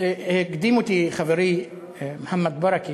הקדים אותי חברי מוחמד ברכה,